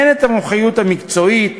אין מומחיות מקצועית